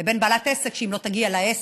לבין בעלת עסק שאם לא תגיע לעסק,